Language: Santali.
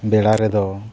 ᱵᱮᱲᱟ ᱨᱮᱫᱚ